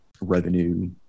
revenue